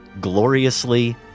gloriously